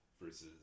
versus